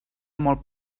molt